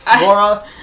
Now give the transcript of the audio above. Laura